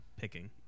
picking